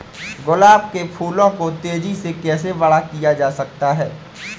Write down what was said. गुलाब के फूलों को तेजी से कैसे बड़ा किया जा सकता है?